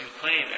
claim